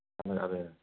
అదే అదే